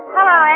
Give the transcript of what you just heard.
Hello